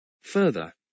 Further